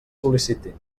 sol·licitin